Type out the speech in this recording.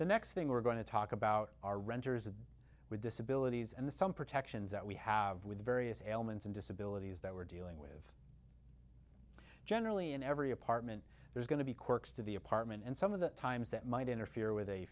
the next thing we're going to talk about are renters of with disabilities and the some protections that we have with various ailments and disabilities that we're dealing with generally in every apartment there's going to be quirks to the apartment and some of the times that might interfere with a